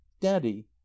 daddy